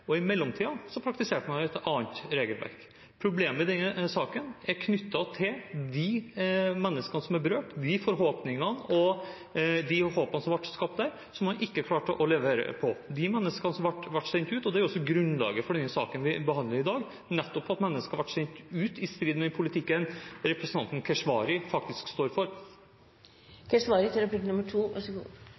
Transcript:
praktiserte man et annet regelverk. Problemet i denne saken er knyttet til de menneskene som er berørt, de forhåpningene og det håpet som ble skapt, og som man ikke klarte å levere i forhold til. Det er også grunnlaget for den saken vi behandler i dag – nettopp at mennesker ble sendt ut i strid med den politikken representanten Keshvari faktisk står